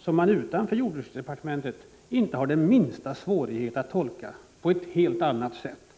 som man utanför jordbruksdepartementet inte har den minsta svårighet att tolka på ett helt annat sätt.